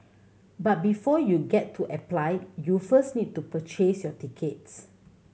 but before you get to apply you first need to purchase your tickets